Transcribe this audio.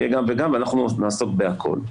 ואנחנו נעסוק בכל.